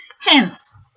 Hence